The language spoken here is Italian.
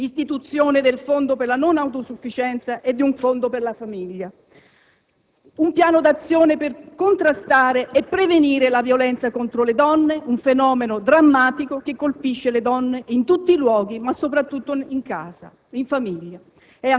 istituzione del fondo per la non autosufficienza e di un fondo per la famiglia; un piano d'azione per contrastare e prevenire la violenza contro le donne, un fenomeno drammatico che colpisce le donne in tutti i luoghi, ma soprattutto in casa, in famiglia;